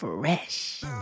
Fresh